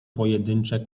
pojedyncze